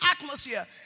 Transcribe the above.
atmosphere